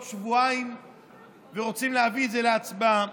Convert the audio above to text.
שבועיים ורוצים להביא את זה להצבעה.